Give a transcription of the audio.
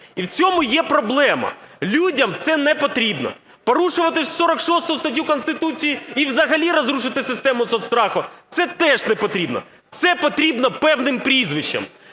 і в цьому є проблема, людям це непотрібно. Порушувати ж 46 статтю Конституції і взагалі розрушити систему соцстраху – це теж непотрібно, це потрібно певним прізвищам.